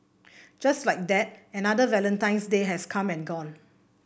just like that another Valentine's Day has come and gone